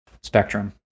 spectrum